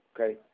Okay